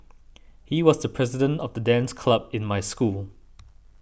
he was the president of the dance club in my school